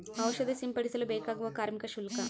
ಔಷಧಿ ಸಿಂಪಡಿಸಲು ಬೇಕಾಗುವ ಕಾರ್ಮಿಕ ಶುಲ್ಕ?